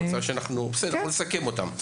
בסדר, אנחנו נסכם אותן.